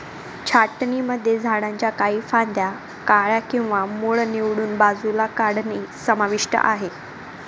छाटणीमध्ये झाडांच्या काही फांद्या, कळ्या किंवा मूळ निवडून बाजूला काढणे समाविष्ट आहे